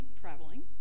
traveling